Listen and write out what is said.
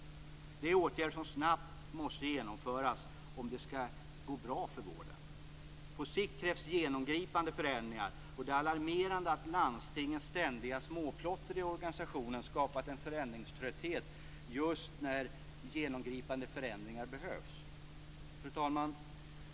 Det är åtgärder som snabbt måste genomföras om det skall gå bra för vården. På sikt krävs genomgripande förändringar, och det är alarmerande att landstingens ständiga småplotter i organisationen har skapat en förändringströtthet just när genomgripande förändringar behövs. Fru talman!